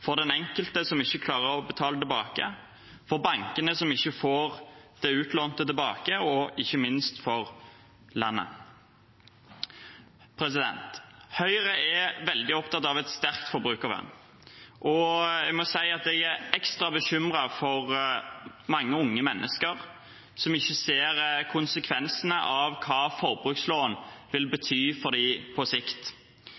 for den enkelte som ikke klarer å betale tilbake, for bankene som ikke får det utlånte tilbake, og ikke minst for landet. Høyre er veldig opptatt av et sterkt forbrukervern, og jeg må si at jeg er ekstra bekymret for mange unge mennesker som ikke ser konsekvensene av hva forbrukslån vil